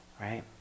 Right